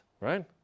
right